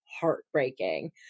heartbreaking